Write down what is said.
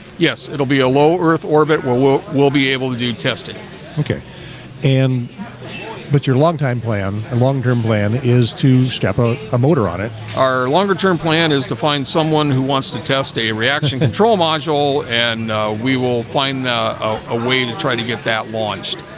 yes it'll be a low earth orbit. where we'll be able to do testing okay and but your long time plan and long term plan is to step up a motor on it our longer-term plan is to find someone who wants to test a reaction control module and we will find a a way to try to get that launched.